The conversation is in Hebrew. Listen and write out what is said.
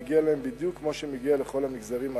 מגיע להם בדיוק כמו שמגיע לכל המגזרים האחרים,